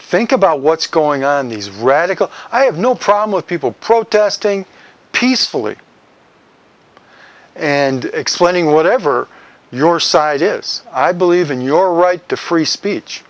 think about what's going on these radical i have no problem with people protesting peacefully and explaining whatever your side is i believe in your right to free speech